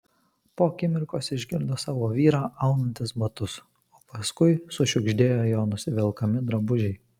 po akimirkos išgirdo savo vyrą aunantis batus o paskui sušiugždėjo jo nusivelkami drabužiai